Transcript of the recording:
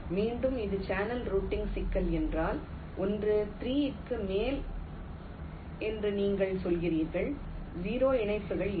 மீண்டும் இது channel routing சிக்கல் என்றால் ஒன்று 3 க்கு மேல் என்று நீங்கள் சொல்கிறீர்கள் 0 இணைப்புகள் இல்லை